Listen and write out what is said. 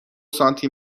سانتی